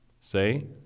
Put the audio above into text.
Say